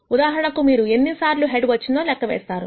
ఉదాహరణకు మీరు ఎన్నిసార్లు హెడ్ వచ్చిందో లెక్క వేస్తారు